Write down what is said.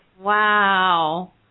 Wow